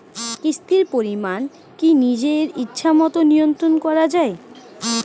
কিস্তির পরিমাণ কি নিজের ইচ্ছামত নিয়ন্ত্রণ করা যায়?